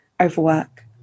overwork